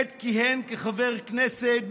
עת כיהן כחבר כנסת,